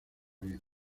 bien